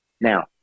Now